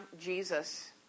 Jesus